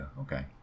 okay